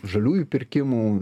žaliųjų pirkimų